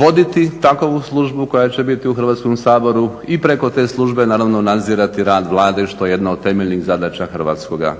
voditi takovu službu koja će biti u Hrvatskom saboru i preko te službe naravno nadzirati rad Vlade što je jedna od temeljnih zadaća Hrvatskoga